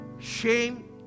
shame